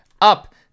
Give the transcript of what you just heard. up